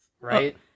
right